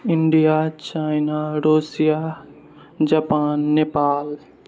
India China Russia Japan Nepal